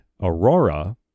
Aurora